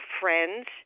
friends